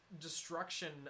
destruction